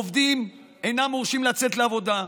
עובדים אינם מורשים לצאת לעבודה,